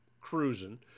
cruising